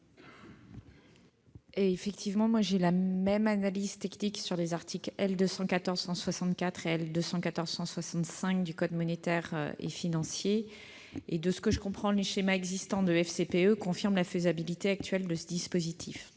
du Gouvernement ? J'ai la même analyse technique sur les articles L. 214-164 et L. 214-165 du code monétaire et financier. Si je comprends bien, les schémas existants de FCPE confirment la faisabilité actuelle de ce dispositif.